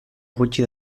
gutxi